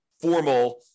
formal